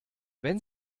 wenn